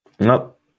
Nope